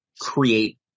create